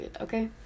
okay